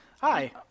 Hi